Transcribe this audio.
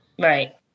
Right